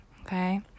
okay